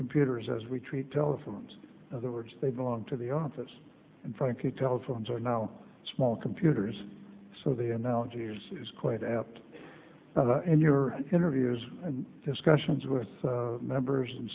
computers as we treat telephones other words they belong to the office and frankly telephones are no small computers so the analogy yours is quite apt in your interviews and discussions with members